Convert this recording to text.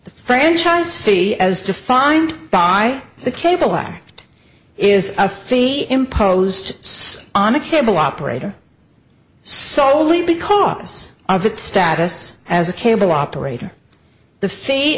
the franchise fee as defined by the cable act is a fee imposed on a cable operator soley because of its status as a cable operator the fee